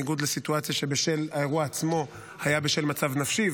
בניגוד לסיטואציה שבה האירוע עצמו היה בשל מצב נפשי,